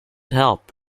help